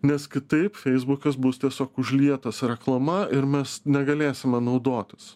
nes kitaip feisbukas bus tiesiog užlietas reklama ir mes negalėsime naudotis